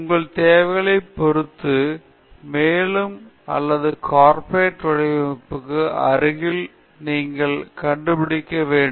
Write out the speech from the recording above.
உங்கள் தேவைகளை பொறுத்து மேலும் அல்லது கார்ப்பரேட் வடிவமைப்புக்கு அருகில் நீங்கள் கண்டுபிடிக்க வேண்டும்